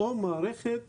או מערכת